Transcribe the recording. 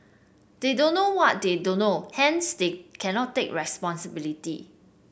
they don't know what they don't know hence they cannot take responsibility